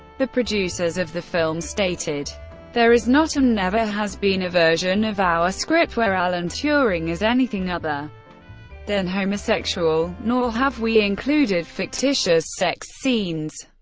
the producers of the film stated there is not and never has been a version of our script where alan turing is anything other than homosexual, nor have we included fictitious sex scenes.